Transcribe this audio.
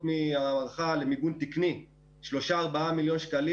ההערכה למיגון תקני היא 4-3 מיליון שקלים.